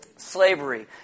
Slavery